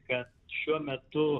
kad šiuo metu